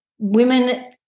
Women